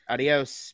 Adios